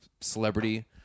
celebrity